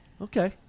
Okay